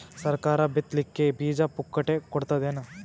ಸರಕಾರ ಬಿತ್ ಲಿಕ್ಕೆ ಬೀಜ ಪುಕ್ಕಟೆ ಕೊಡತದೇನು?